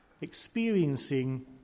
experiencing